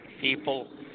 people